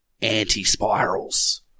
Anti-spirals